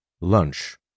Lunch